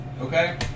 okay